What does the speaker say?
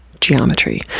geometry